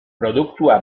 produktua